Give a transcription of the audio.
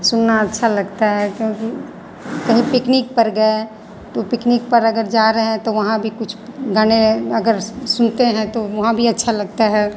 सुनना अच्छा लगता है क्योंकि कहीं पिकनिक पर गए तो पिकनिक पर अगर जा रहे हैं तो वहाँ भी कुछ गाने अगर सुनते हैं तो वहाँ भी अच्छा लगता है